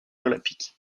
olympiques